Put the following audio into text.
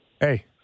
Hey